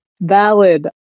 valid